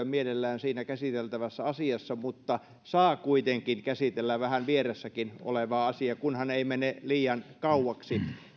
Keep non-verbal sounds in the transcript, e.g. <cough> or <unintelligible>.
<unintelligible> mielellään siinä käsiteltävässä asiassa mutta saa kuitenkin käsitellä vähän vieressäkin olevaa asiaa kunhan ei mene liian kauaksi